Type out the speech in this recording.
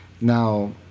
now